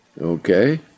Okay